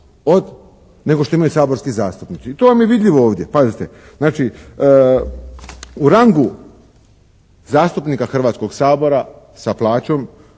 nego što imaju saborski zastupnici. To vam je vidljivo ovdje. Pazite, znači u rangu zastupnika Hrvatskog sabora sa plaćom